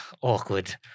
Awkward